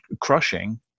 crushing